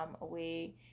away